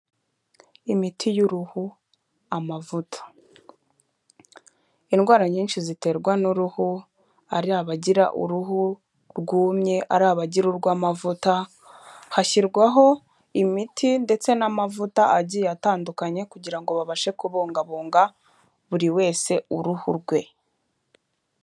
Imiti y'uruhu amavuta, indwara nyinshi ziterwa n'uruhu, ari abagira uruhu rwumye, ari abagira urw'amavuta, hashyirwaho imiti ndetse n'amavuta agiye atandukanye, kugira ngo babashe kubungabunga buri wese uruhu rwe.